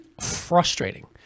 frustrating